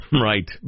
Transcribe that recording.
Right